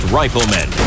riflemen